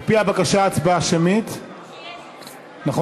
על-פי הבקשה, הצבעה שמית, נכון?